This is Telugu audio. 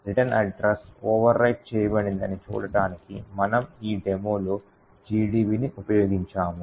రిటర్న్ అడ్రస్ ఓవర్ రైట్ చేయబడిందని చూడటానికి మనము ఆ డెమో లో GDBని ఉపయోగించాము